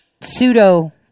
pseudo